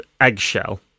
eggshell